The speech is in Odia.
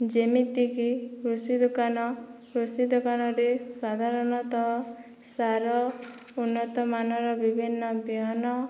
ଯେମିତିକି କୃଷି ଦୋକାନ କୃଷିଦୋକାନରେ ସାଧାରଣତଃ ସାର ଉନ୍ନତମାନର ବିଭିନ୍ନ ବିହନ